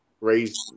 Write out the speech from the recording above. raise